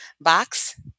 box